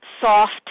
soft